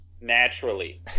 naturally